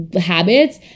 habits